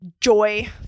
joy